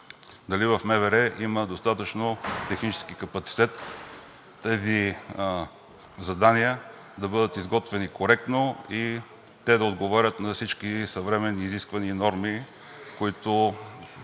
дали в МВР има достатъчно технически капацитет тези задания да бъдат изготвени коректно и те да отговарят на всички съвременни изисквания и норми, които